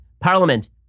Parliament